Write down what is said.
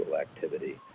activity